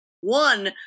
one